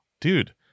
Dude